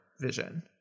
vision